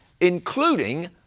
including